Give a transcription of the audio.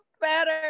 better